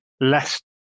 less